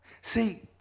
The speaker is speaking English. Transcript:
See